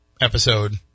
episode